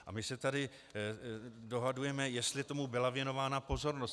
A my se tady dohadujeme, jestli tomu byla věnována pozornost.